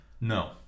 no